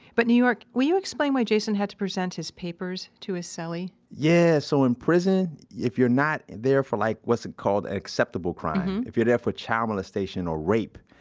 but new york will you explain why jason had to present his papers to his cellie? yeah. so in prison, if you're not there for like, what's called acceptable crime. if you're there for child molestation or rape,